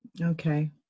Okay